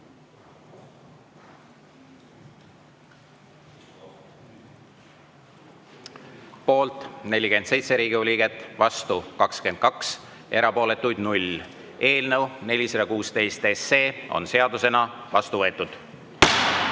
Poolt on 47 Riigikogu liiget, vastu 22, erapooletuid 0. Eelnõu 416 on seadusena vastu võetud.